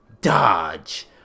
dodge